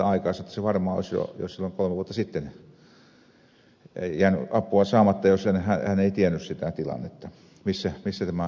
varmaan olisi jo silloin kolme vuotta sitten jäänyt apua saamatta jos keskuksessa vastannut ei olisi tiennyt sitä tilannetta missä tämä ihminen asui